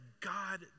God